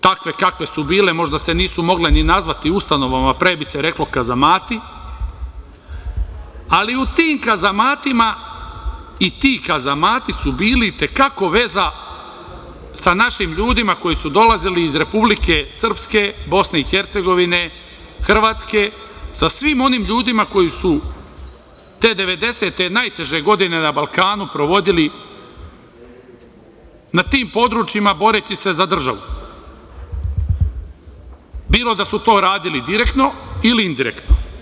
Takve kakve su bile, možda se nisu mogle nazvati ustanovama, pre bi se reklo kazamati, ali u tim kazamatima i ti kazamati su bili i te kako veza sa našim ljudima koji su dolazili iz Republike Srpske, Bosne i Hercegovine, Hrvatske, sa svim onim ljudima koji su te devedesete, najteže godine na Balkanu, provodili na tim područjima boreći se za državu, bilo da su to radili direktno ili indirektno.